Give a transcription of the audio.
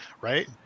right